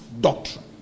doctrine